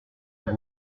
êtes